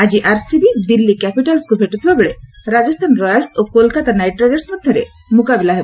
ଆଜି ଆର୍ସିବି ଦିଲ୍ଲୀ କ୍ୟାପିଟାଲ୍ସକୁ ଭେଟୁଥିବା ବେଳେ ରାଜସ୍ଥାନ ରୟାଲ୍ସ ଓ କୋଲକାତା ନାଇଟ୍ ରାଇଡର୍ସ ମଧ୍ୟରେ ମୁକାବିଲା ହେବ